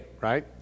right